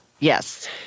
Yes